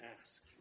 ask